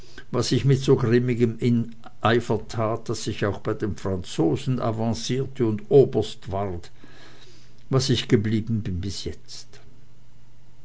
was ich mit so grimmigem eifer tat daß ich auch bei den franzosen avancierte und oberst ward was ich geblieben bin bis jetzt